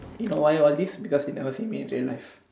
you know I I always because never seen means your life